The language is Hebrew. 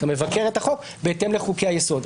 אתה מבקר את החוק בהתאם לחוקי היסוד,